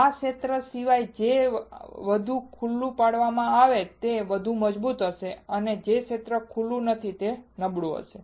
આ ક્ષેત્ર સિવાય જે બધું ખુલ્લું પાડવામાં આવશે તે મજબૂત હશે અને જે ક્ષેત્ર ખુલ્લું નથી તે નબળું હશે